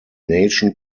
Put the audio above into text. nation